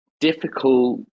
difficult